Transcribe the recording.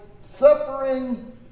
Suffering